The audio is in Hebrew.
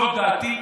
זאת דעתי.